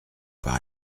par